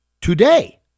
today